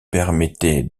permettait